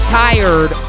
tired